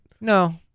No